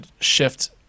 shift